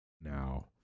now